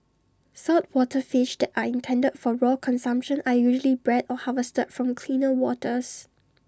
saltwater fish that are intended for raw consumption are usually bred or harvested from cleaner waters